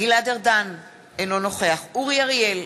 גלעד ארדן, אינו נוכח אורי אריאל,